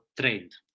trained